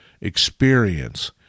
experience